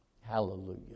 Hallelujah